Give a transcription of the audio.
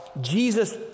Jesus